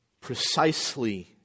precisely